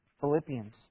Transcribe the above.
Philippians